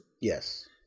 Yes